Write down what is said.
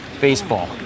baseball